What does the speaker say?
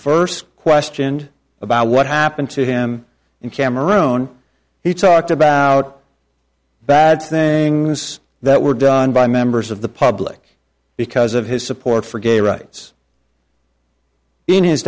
first questioned about what happened to him in cameroon he talked about a bad thing that were done by members of the public because of his support for gay rights in his